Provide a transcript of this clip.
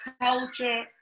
culture